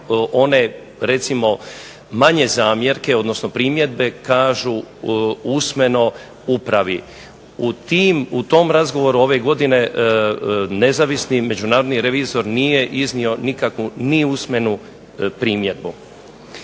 one manje zamjerke odnosno primjedbe kažu usmenu upravi. U tim, u tom razgovoru ove godine nezavisni međunarodni revizor nije iznio ni jednu usmenu primjedbu.